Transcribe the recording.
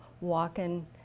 walking